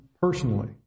personally